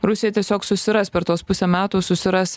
rusija tiesiog susiras per tuos pusę metų susiras